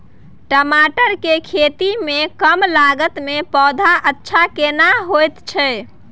टमाटर के खेती में कम लागत में पौधा अच्छा केना होयत छै?